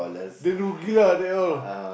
they rugi lah they all